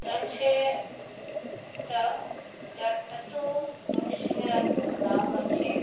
কারণ সে একটা যার এত অরিজিৎ সিংয়ের এত নাম আছে